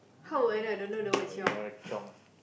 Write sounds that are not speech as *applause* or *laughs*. how would I know I don't know the word chiong *laughs*